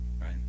right